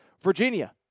Virginia